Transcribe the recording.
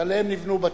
שעליהם נבנו בתים,